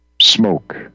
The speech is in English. Smoke